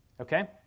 Okay